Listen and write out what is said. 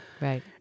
Right